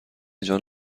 جان